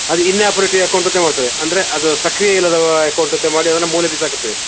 ಅದು inoperative account ಅಂತ ಮಾಡ್ತೇವೆ ಅಂದರೆ ಅದು ಸಕ್ರಿಯೆ ಇಲ್ಲದ ಅಕೌಂಟ್ ಅಂತ ಮಾಡಿ ಅದನ್ನು ಮೂಲೆಗೆ ಬಿಸಾಕಿ ಬಿಡ್ತೇವೆ